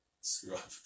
screw-up